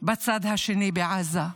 בצד השני, בעזה,